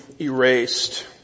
erased